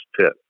pit